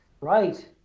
Right